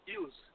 use